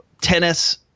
tennis